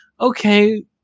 okay